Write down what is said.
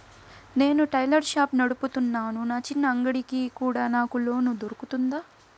నేను tailor shop నడుపుతున్నాను, నా చిన్న అంగడి కి కూడా నాకు లోను దొరుకుతుందా?